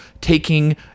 taking